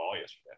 yesterday